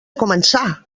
començar